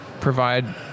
provide